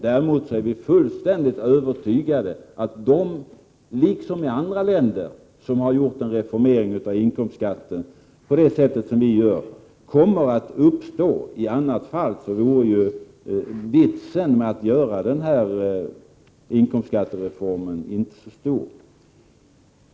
Däremot är vi fullständigt övertygade om — liksom man är i andra länder där en reformering av inkomstskatten har genomförts på det sätt som vi föreslår — att de dynamiska effekterna kommer att uppstå. I annat fall vore vitsen med att göra denna inkomstskattereform inte så stor.